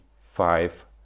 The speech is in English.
five